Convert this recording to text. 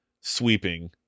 sweeping